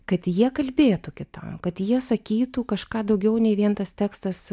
kad jie kalbėtų kitam kad jie sakytų kažką daugiau nei vien tas tekstas